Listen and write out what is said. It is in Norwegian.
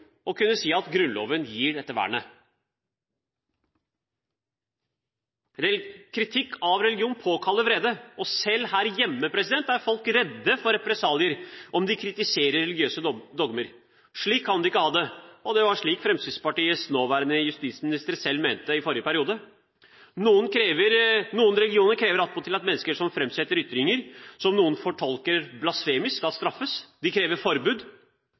påkaller vrede, og selv her hjemme er folk redde for represalier om de kritiserer religiøse dogmer. Slik kan vi ikke ha det. Det var dette Fremskrittspartiets nåværende justisminister selv mente i forrige periode. Noen religioner krever attpåtil at mennesker som framsetter ytringer som noen tolker som blasfemiske, skal straffes. De krever forbud.